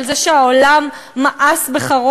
על זה שהעולם מאס בך,